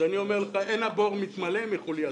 אז אני אומר: אין הבור מתמלא מחולייתו.